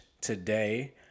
today